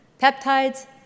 peptides